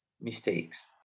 mistakes